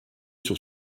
sur